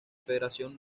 federación